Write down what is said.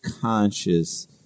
conscious